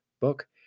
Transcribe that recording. book